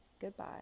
Goodbye